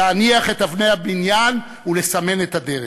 להניח את אבני הבניין ולסמן את הדרך.